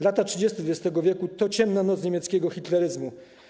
Lata 30. XX w. to ciemna noc niemieckiego hitleryzmu.